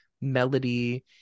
melody